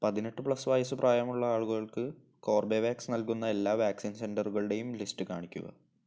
പതിനെട്ട് പ്ലസ് വയസ്സ് പ്രായമുള്ള ആളുകൾക്ക് കോർബെവാക്സ് നൽകുന്ന എല്ലാ വാക്സിൻ സെന്ററുകൾടെയും ലിസ്റ്റ് കാണിക്കുക